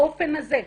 באופן הזה,